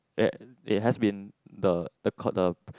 that it has been the the the